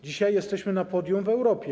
Dzisiaj jesteśmy na podium w Europie.